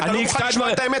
כי אתה לא מוכן לשמוע את האמת.